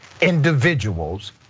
individuals